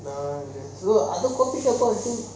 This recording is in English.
err அது:athu coffee shop வந்து:vantu